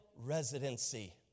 residency